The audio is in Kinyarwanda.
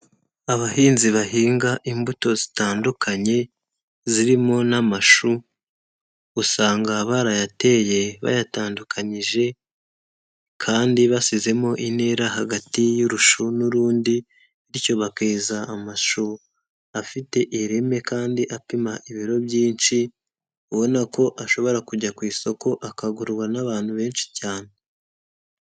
Abahinzi bahinga imbuto zitandukanye, zirimo n'amashu, usanga barayateye bayatandukanyije, kandi basizemo intera hagati y'urushu n'urundi, bityo bakeza amashu afite ireme kandi apima ibiro byinshi, ubona ko ashobora kujya ku isoko akagurwa n'abantu benshi cyane.